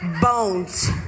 bones